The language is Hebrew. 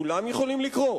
כולם יכולים לקרוא,